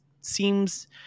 seems